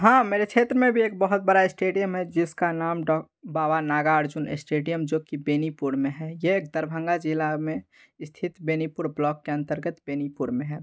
हाँ मेरे क्षेत्र में भी एक बहुत बड़ा स्टेडियम है जिसका नाम डॉक बाबा नागार्जुन स्टेडियम जो कि बेनीपुर में है ये दरभंगा ज़िला में स्थित बेनीपुर ब्लॉक के अंतर्गत बेनीपुर में है